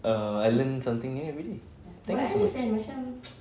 err I learn something new everyday thank you so much